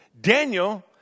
Daniel